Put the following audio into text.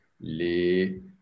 les